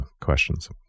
questions